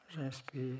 J'inspire